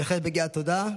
בהחלט מגיע תודה.